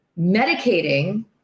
medicating